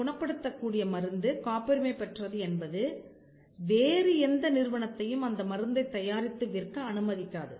குணப்படுத்தக் கூடிய மருந்து காப்புரிமை பெற்றது என்பது வேறு எந்த நிறுவனத்தையும் அந்த மருந்தைத் தயாரித்து விற்க அனுமதிக்காது